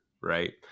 right